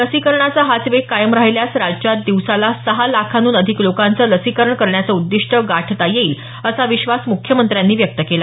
लसीकरणाचा हाच वेग कायम राहिल्यास राज्यात दिवसाला सहा लाखांहून अधिक लोकांचं लसीकरण करण्याचं उद्दीष्ट गाठता येईल असा विश्वास मुख्यमंत्र्यांनी व्यक्त केला